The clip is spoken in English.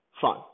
fun